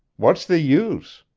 what's the use?